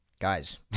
Guys